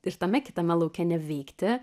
ir tame kitame lauke nevykti